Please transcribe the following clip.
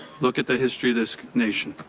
look at the history of this nation.